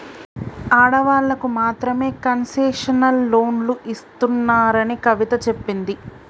ఆడవాళ్ళకు మాత్రమే కన్సెషనల్ లోన్లు ఇస్తున్నారని కవిత చెప్పింది